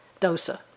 dosa